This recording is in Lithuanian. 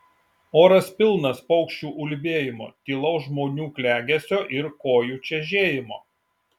oras pilnas paukščių ulbėjimo tylaus žmonių klegesio ir kojų čežėjimo